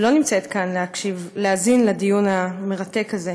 שלא נמצאת כאן להקשיב, להאזין לדיון המרתק הזה.